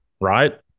right